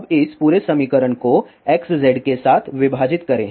अब इस पूरे समीकरण को XZ के साथ विभाजित करें